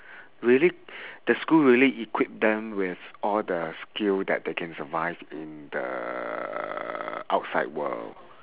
really the school really equip them with all the skills that they can survive in the outside world